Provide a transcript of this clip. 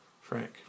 Frank